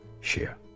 share